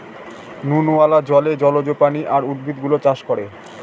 নুনওয়ালা জলে জলজ প্রাণী আর উদ্ভিদ গুলো চাষ করে